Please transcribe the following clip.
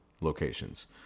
locations